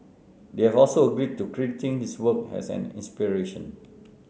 they have also agreed to crediting his work as an inspiration